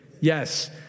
Yes